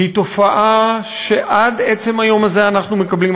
היא תופעה שעד עצם היום הזה אנחנו מקבלים,